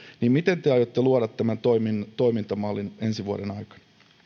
miten te te aiotte luoda tämän toimintamallin ensi vuoden aikana